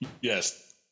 Yes